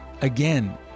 Again